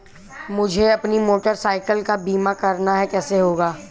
मुझे अपनी motorcycle का बीमा करना है कैसे होगा?